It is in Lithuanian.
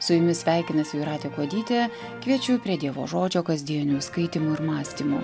su jumis sveikinasi jūratė kuodytė kviečiu prie dievo žodžio kasdienių skaitymų ir mąstymų